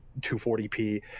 240p